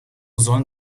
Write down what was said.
sollen